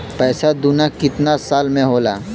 पैसा दूना कितना साल मे होला?